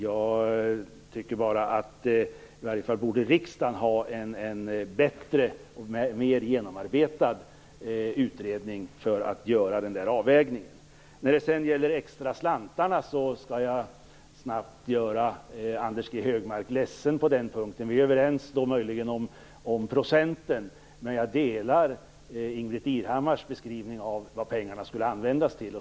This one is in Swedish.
Jag tycker bara att riksdagen i varje fall borde ha en bättre och mer genomarbetad utredning för att kunna göra den här avvägningen. När det sedan gäller de extra slantarna skall jag snabbt göra Anders G Högmark ledsen på den punkten. Vi är möjligen överens om procenten, men jag instämmer i Ingbritt Irhammars beskrivning av vad pengarna skulle användas till.